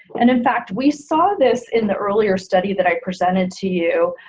and in fact we saw this in the earlier study that i presented to you